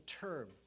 term